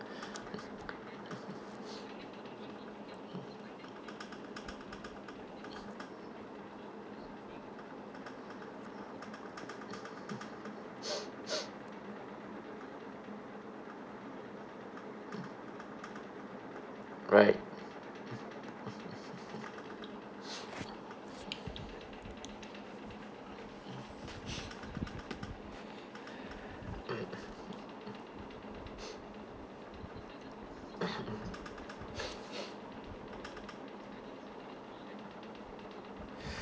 right